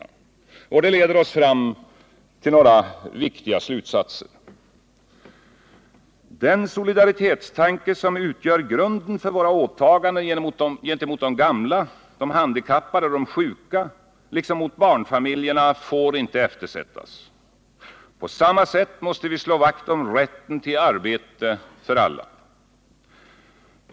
Detta leder oss fram till några viktiga slutsatser. Den solidaritetstanke som utgör grunden för våra åtaganden gentemot de gamla, de handikappade och de sjuka liksom mot barnfamiljerna får inte eftersättas. Samtidigt måste vi slå vakt om rätten till arbete för alla.